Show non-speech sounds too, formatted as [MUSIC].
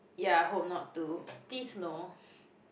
ya I hope not too please no [BREATH]